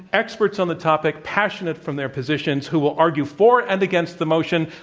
experts on the topic, passionate from their positions, who will argue for and against the motion,